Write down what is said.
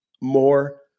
more